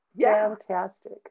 Fantastic